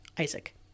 Isaac